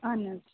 اَہَن حظ